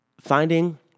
finding